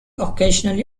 occasionally